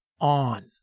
on